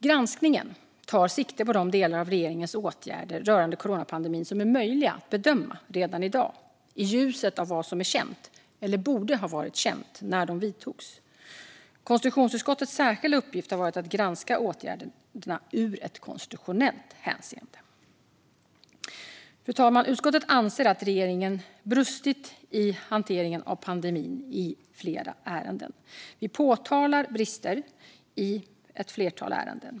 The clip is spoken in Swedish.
Granskningen tar sikte på de delar av regeringens åtgärder rörande coronapandemin som är möjliga att bedöma redan i dag, i ljuset av vad som är känt eller borde ha varit känt när de vidtogs. Konstitutionsutskottets särskilda uppgift har varit att granska åtgärderna i ett konstitutionellt hänseende. Fru talman! Utskottet anser att regeringen brustit i hanteringen av pandemin, och vi påtalar brister i ett flertal ärenden.